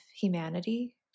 humanity